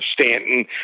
Stanton